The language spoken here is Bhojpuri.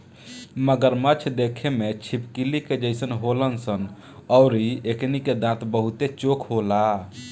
मगरमच्छ देखे में छिपकली के जइसन होलन सन अउरी एकनी के दांत बहुते चोख होला